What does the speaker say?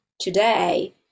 today